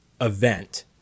event